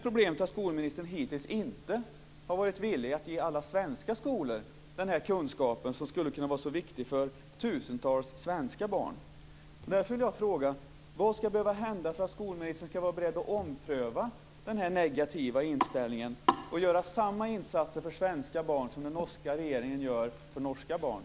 Problemet är att skolministern hittills inte har varit villig att ge alla svenska skolor den här kunskapen, som skulle kunna vara så viktig för tusentals svenska barn.